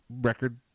record